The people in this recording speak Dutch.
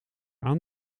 aan